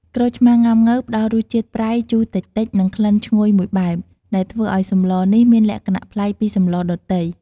ក្រូចឆ្មាងុាំង៉ូវផ្ដល់រសជាតិប្រៃ ជូរតិចៗ និងក្លិនឈ្ងុយមួយបែប ដែលធ្វើឱ្យសម្លនេះមានលក្ខណៈប្លែកពីសម្លដទៃ។